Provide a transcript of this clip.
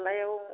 फारलायाव